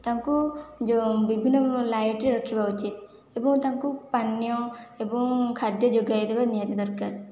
ତାଙ୍କୁ ଯେଉଁ ବିଭିନ୍ନ ଲାଇଟ୍ ରେ ରଖିବା ଉଚିତ ଏବଂ ତାଙ୍କୁ ପାନୀୟ ଏବଂ ଖାଦ୍ୟ ଯୋଗାଇ ଦେବା ନିହାତି ଦରକାର